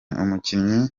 umukinnyi